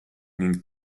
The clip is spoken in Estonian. ning